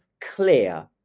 clear